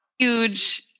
huge